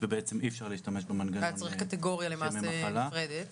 ובעצם אי אפשר להשתמש במנגנון של ימי מחלה,